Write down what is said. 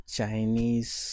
Chinese